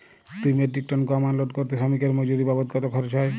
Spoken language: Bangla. দুই মেট্রিক টন গম আনলোড করতে শ্রমিক এর মজুরি বাবদ কত খরচ হয়?